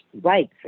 right